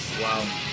Wow